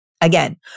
Again